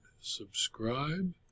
subscribe